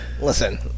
listen